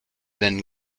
been